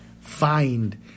find